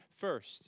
First